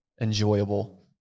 enjoyable